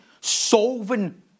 solving